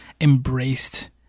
embraced